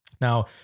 Now